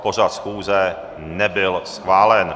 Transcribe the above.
Pořad schůze nebyl schválen.